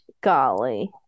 golly